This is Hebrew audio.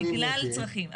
בגלל צרכים.